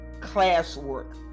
classwork